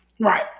Right